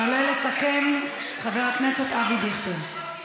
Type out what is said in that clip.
יעלה לסכם חבר הכנסת אבי דיכטר.